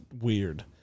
weird